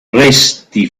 resti